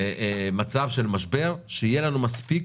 מצב של משבר תהיה לנו מספיק